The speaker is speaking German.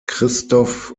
christoph